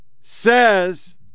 says